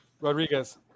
Rodriguez